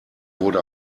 wurde